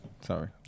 Sorry